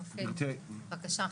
בבקשה,